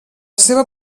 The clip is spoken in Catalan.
seva